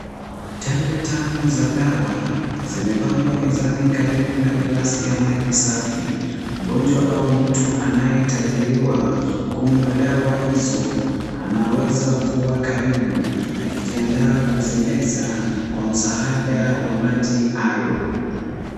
Tembe tano za dawa zimepangwa mezani karibu na glasi ya maji safi. Mgonjwa au mtu anayetarajiwa kunywa dawa hizo anaweza kuwa karibu akijiandaa kuzimeza kwa msaada wa maji hayo.